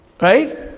Right